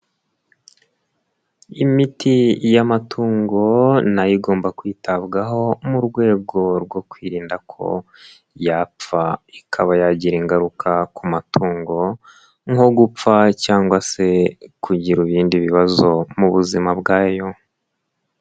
Imiti y'amatungo nayo igomba kwitabwaho, mu rwego rwo kwirinda ko yapfa ikaba yagira ingaruka ku matungo, nko gupfa cyangwa se kugira ibindi bibazo mu buzima bwayo.